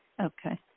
Okay